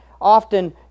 often